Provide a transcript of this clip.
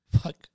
fuck